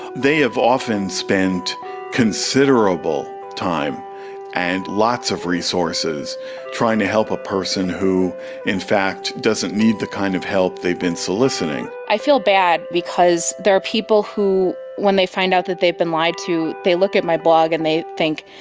they have often spent considerable time and lots of resources trying to help a person who in fact doesn't need the kind of help they have been soliciting. i feel bad because there are people who when they find out that they've been lied to, they look at my blog and they think,